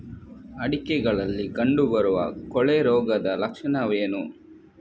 ಅಡಿಕೆಗಳಲ್ಲಿ ಕಂಡುಬರುವ ಕೊಳೆ ರೋಗದ ಲಕ್ಷಣವೇನು?